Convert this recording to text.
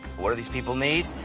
what do these people need?